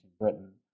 Britain